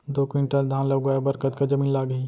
दो क्विंटल धान ला उगाए बर कतका जमीन लागही?